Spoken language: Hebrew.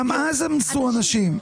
גם אז עשו אנשים.